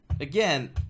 Again